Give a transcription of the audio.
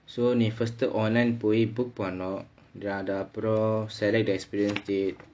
so நீ:nee first online போய்:poi book பண்ணுனும் அதுக்கு அப்புறம்:pannunom athukku appuram select the experience date